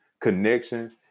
connection